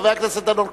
חבר הכנסת דנון,